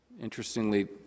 interestingly